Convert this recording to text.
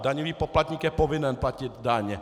Daňový poplatník je povinen platit daně.